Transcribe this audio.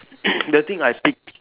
the thing I pick